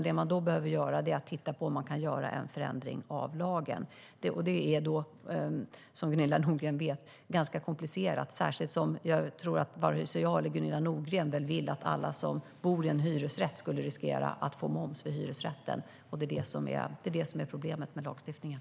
Det man då behöver göra är att titta på om man kan göra en förändring av lagen. Som Gunilla Nordgren vet är det ganska komplicerat, särskilt som jag tror att varken21 jag eller Gunilla Nordgren vill att alla som bor i en hyresrätt skulle riskera att få betala moms för hyresrätten. Det är problemet med lagstiftningen.